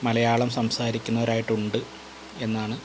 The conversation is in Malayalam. മലയാളം സംസാരിക്കുന്നവരായിട്ടുണ്ട് എന്നാണ്